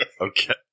okay